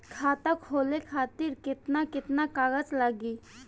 खाता खोले खातिर केतना केतना कागज लागी?